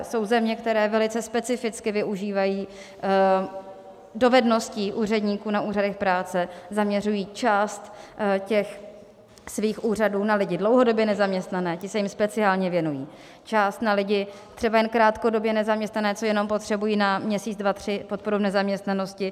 Jsou zde některé, velice specificky využívají dovedností úředníků na úřadech práce, zaměřují část svých úřadů na lidi dlouhodobě nezaměstnané, ti se jim speciálně věnují, část na lidi třeba jen krátkodobě nezaměstnané, co jenom potřebují na měsíc, dva, tři podporu v nezaměstnanosti.